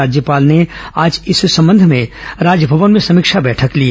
राज्यपाल ने आज इस संबंध में राजभवन में समीक्षा बैठक ली